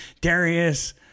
Darius